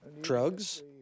drugs